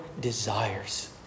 desires